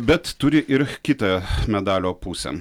bet turi ir kitą medalio pusę